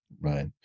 right